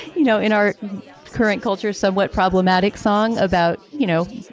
you know, in our current culture, somewhat problematic song about, you know,